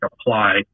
apply